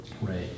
Right